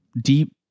deep